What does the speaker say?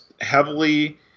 heavily